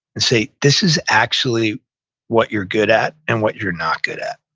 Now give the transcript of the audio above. and say, this is actually what you're good at, and what you're not good at.